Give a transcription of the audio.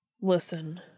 Listen